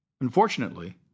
Unfortunately